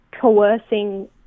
coercing